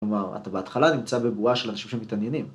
כלומר, אתה בהתחלה נמצא בבועה של אנשים שמתעניינים.